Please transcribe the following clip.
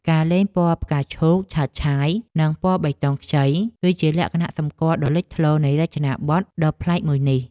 ការលេងពណ៌ផ្កាឈូកឆើតឆាយនិងពណ៌បៃតងខ្ចី គឺជាលក្ខណៈសម្គាល់ដ៏លេចធ្លោនៃរចនាប័ទ្មដ៏ប្លែកមួយនេះ។